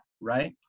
right